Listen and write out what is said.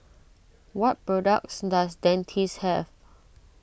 what products does Dentiste have